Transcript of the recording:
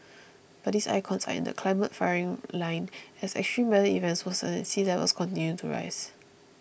but these icons are in the climate firing line as extreme weather events worsen and sea levels continue to rise